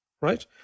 right